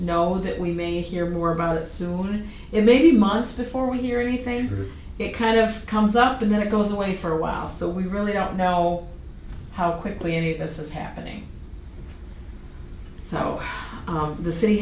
know that we may hear more about it soon it may be months before we hear anything it kind of comes up and then it goes away for a while so we really don't know how quickly any of this is happening so the city